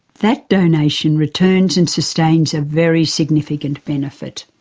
that donation returns and sustains a very significant benefit.